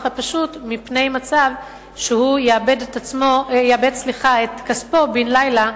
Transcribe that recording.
הפשוט מפני מצב שהוא יאבד את כספו בן-לילה,